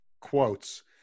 quotes